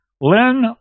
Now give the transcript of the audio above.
Lynn